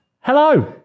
Hello